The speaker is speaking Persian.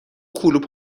کلوپ